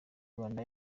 rwanda